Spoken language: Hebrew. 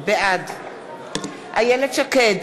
בעד איילת שקד,